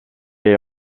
est